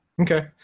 okay